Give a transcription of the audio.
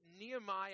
Nehemiah